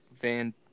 Van –